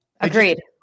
Agreed